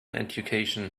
education